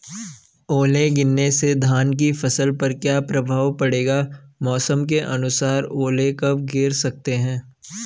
ओले गिरना से धान की फसल पर क्या प्रभाव पड़ेगा मौसम के अनुसार ओले कब गिर सकते हैं?